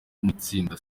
itsinda